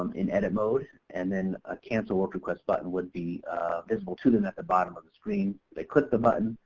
in edit mode and then ah cancel work request button would be visible to them at the bottom of the screen. they click the button,